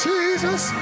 Jesus